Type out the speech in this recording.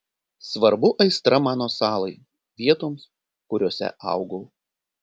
svarbu aistra mano salai vietoms kuriose augau